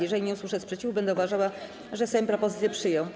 Jeżeli nie usłyszę sprzeciwu, będę uważała, że Sejm propozycję przyjął.